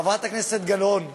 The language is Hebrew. חברת הכנסת גלאון,